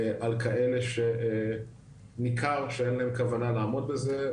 על כאלה שניכר שאין להם כוונה לעמוד בזה.